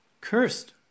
cursed